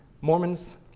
Mormons